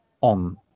on